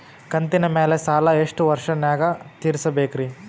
ಕಂತಿನ ಮ್ಯಾಲ ಸಾಲಾ ಎಷ್ಟ ವರ್ಷ ನ್ಯಾಗ ತೀರಸ ಬೇಕ್ರಿ?